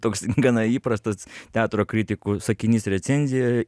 toks gana įprastas teatro kritikų sakinys recenzijoj